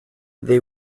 they